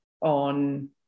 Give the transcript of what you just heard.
on